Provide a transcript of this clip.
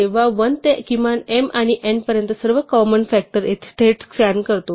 आपण 1 ते किमान m आणि n पर्यंत सर्व संभाव्य कॉमन फ़ॅक्टर थेट स्कॅन करतो